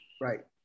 Right